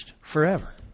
forever